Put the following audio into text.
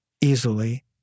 easily